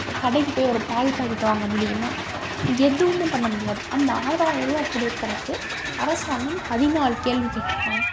கடைக்கு போய் ஒரு பால் பாக்கெட் வாங்க முடியுமா எதுவுமே பண்ணமுடியாது அந்த ஆறாயிரம் ருபா கொடுக்குறக்கு அரசாங்கம் பதினாலு கேள்வி கேட்டிருக்காங்க